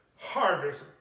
harvest